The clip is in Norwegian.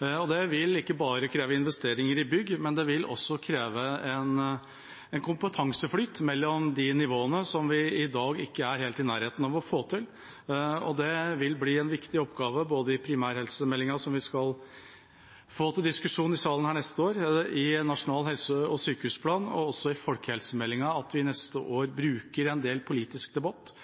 Det vil ikke bare kreve investeringer i bygg, men også kreve en kompetanseflyt mellom de nivåene, som vi i dag ikke er helt i nærheten av å få til. Det vil bli en viktig oppgave at vi i forbindelse med primærhelsemeldinga, som vi skal få til diskusjon i salen neste år, og i forbindelse med nasjonal helse- og sykehusplan og folkehelsemeldinga, bruker en del politisk debatt